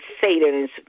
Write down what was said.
Satan's